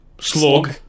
Slug